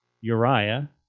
Uriah